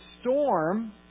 storm